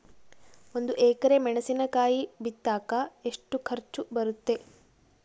ಒಂದು ಎಕರೆ ಮೆಣಸಿನಕಾಯಿ ಬಿತ್ತಾಕ ಎಷ್ಟು ಖರ್ಚು ಬರುತ್ತೆ?